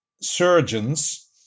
surgeons